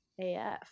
AF